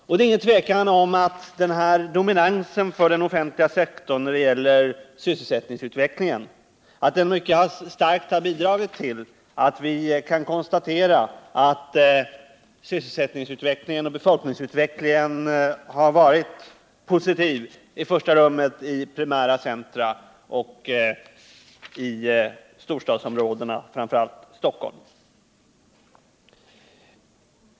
Det är ingen tvekan om att den här dominansen för den offentliga sektorn ur sysselsättningssynpunkt mycket starkt har bidragit till att sysselsättningsutvecklingen och befolkningsutvecklingen har varit positiva i första rummet i primära centra och i storstadsom råden, framför allt Stockholm.